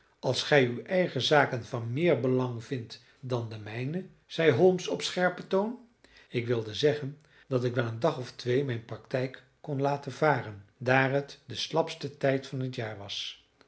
als gij uw eigen zaken van meer belang vindt dan de mijne zei holmes op scherpen toon ik wilde zeggen dat ik wel een dag of twee mijn praktijk kon laten varen daar het de slapste tijd van t jaar was